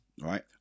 Right